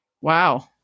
Wow